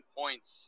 points